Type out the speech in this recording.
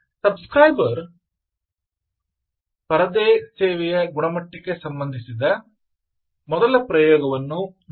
ಸಬ್ scriber ರ ಪರದೆಯ ಸೇವೆಯ ಗುಣಮಟ್ಟಕ್ಕೆ ಸಂಬಂಧಿಸಿದ ಮೊದಲ ಪ್ರಯೋಗವನ್ನು ನೋಡೋಣ